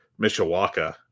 Mishawaka